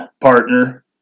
partner